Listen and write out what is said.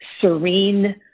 serene